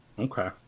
okay